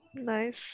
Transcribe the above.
Nice